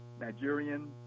Nigerian